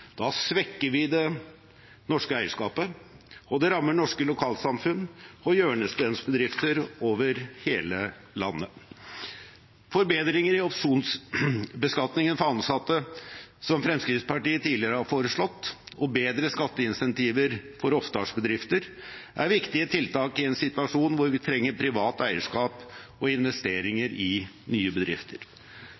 Da svekkes det norske eierskapet, og det rammer norske lokalsamfunn og hjørnesteinsbedrifter over hele landet. Forbedringer i opsjonsbeskatningen for ansatte, som Fremskrittspartiet tidligere har foreslått, og bedre skatteinsentiver for oppstartsbedrifter er viktige tiltak i en situasjon hvor vi trenger privat eierskap og